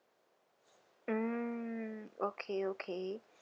mm okay okay